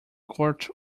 court